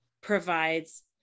provides